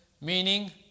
meaning